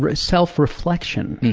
ah self-reflection,